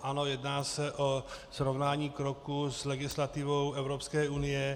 Ano, jedná se o srovnání kroku s legislativou Evropské unie.